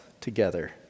together